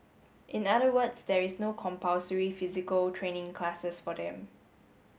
in other words there is no compulsory physical training classes for them